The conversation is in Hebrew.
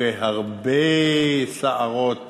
אחרי הרבה סערות